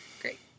Great